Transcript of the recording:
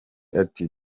ati